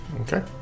Okay